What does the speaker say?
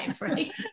right